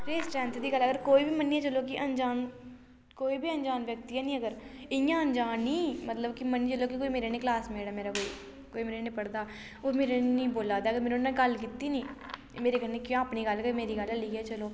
रेही स्ट्रैंथ दी गल्ल अगर कोई बी मन्नियै चलो कि अंजान कोई बी अंजान व्यक्ति ऐ न अगर इ'यां अंजान नी मतलब कि मन्नी चलो मेरे कन्नै कोई क्लासमेट ऐ मेरा कोई कोई मेरे कन्नै पढ़दा होर मेरे कन्नै नेईं बोला दा अगर में नुहाड़े कन्नै गल्ल कीती नी मेरे कन्नै क्या अपनी गल्ल मेरी गल्ल लेइयै चलो